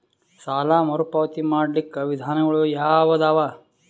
ಸಾಲ ಮರುಪಾವತಿ ಮಾಡ್ಲಿಕ್ಕ ವಿಧಾನಗಳು ಯಾವದವಾ?